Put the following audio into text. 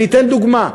אני אתן דוגמה.